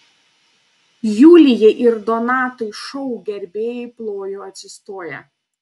julijai ir donatui šou gerbėjai plojo atsistoję